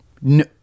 No